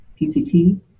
PCT